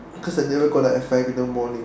cause I never go down at five in the morning